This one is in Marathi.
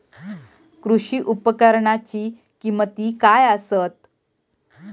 कृषी उपकरणाची किमती काय आसत?